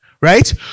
right